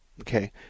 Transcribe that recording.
Okay